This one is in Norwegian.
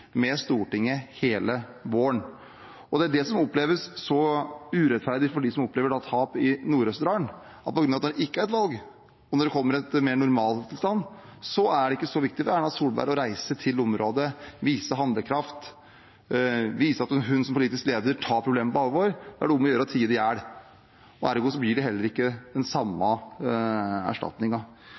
med Stortinget hele våren. Det som oppleves så urettferdig for dem som opplever tap i Nord-Østerdal, er at når det ikke er valg, og det blir mer normaltilstand, så er det ikke så viktig for Erna Solberg å reise til området, vise handlekraft, vise at hun som politisk leder tar problemet på alvor. Da er det om å gjøre å tie det i hjel. Ergo blir det heller ikke den samme